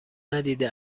ندیده